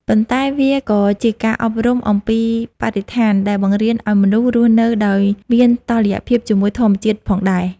ប៉ុន្តែវាក៏ជាការអប់រំអំពីបរិស្ថានដែលបង្រៀនឱ្យមនុស្សរស់នៅដោយមានតុល្យភាពជាមួយធម្មជាតិផងដែរ។